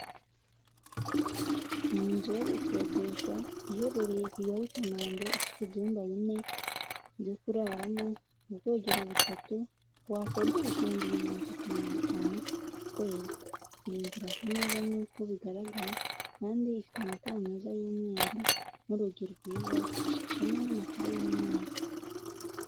Ni inzu yo gukodesha, iherereye Kigali i Kanombe, ifite ibyumba bine, byo kuraramo, ubwogero butatu, wakodesha ibihumbi magana atatu mirongo itanu ku kwezi, iyi nzu irasa neza nk'uko bigaragara, kandi ifite amatara meza y'umweru, n'urugi rwiza ishashemo n'amakaro y'umweru.